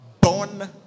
Born